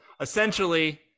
essentially